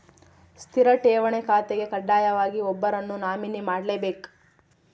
ಸ್ಥಿರ ಠೇವಣಿ ಖಾತೆಗೆ ಕಡ್ಡಾಯವಾಗಿ ಒಬ್ಬರನ್ನು ನಾಮಿನಿ ಮಾಡ್ಲೆಬೇಕ್